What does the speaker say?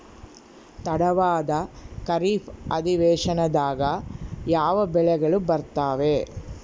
ತಡವಾದ ಖಾರೇಫ್ ಅಧಿವೇಶನದಾಗ ಯಾವ ಬೆಳೆಗಳು ಬರ್ತಾವೆ?